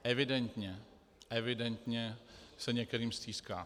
Evidentně, evidentně se některým stýská.